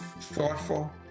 thoughtful